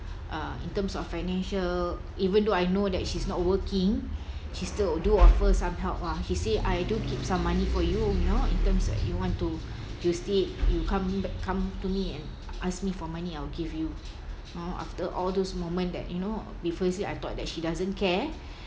uh in terms of financial even though I know that she's not working she still do offer some help ah she say I do keep some money for you you know in terms that you want to you said you come back come to me and ask me for money I will give you you know after all those moment that you know previously I thought that she doesn't care